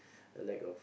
a lack of